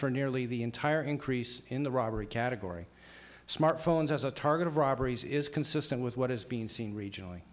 for nearly the entire increase in the robbery category smartphones as a target of robberies is consistent with what is being seen regionally